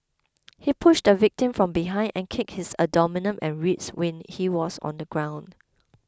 he pushed the victim from behind and kicked his and ribs when he was on the ground